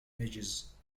measures